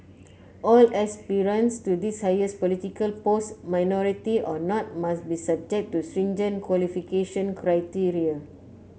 all aspirants to this highest political post minority or not must be subject to stringent qualification criteria